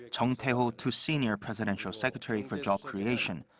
jung tae-ho to senior presidential secretary for job creation.